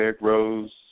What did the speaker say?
Rose